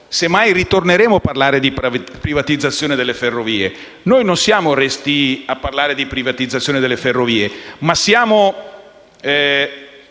se mai ritorneremo a parlare di privatizzazione delle ferrovie. Non siamo restii a parlare di privatizzazione delle ferrovie, ma siamo